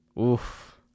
Oof